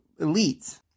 elites